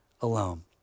alone